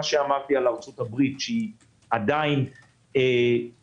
שאמרתי על ארצות הברית שהיא עדיין נוחה,